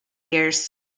years